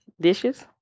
Dishes